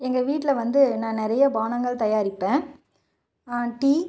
எங்கள் வீட்டில் வந்து நான் நிறைய பானங்கள் தயாரிப்பேன் டீ